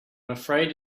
afraid